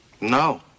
No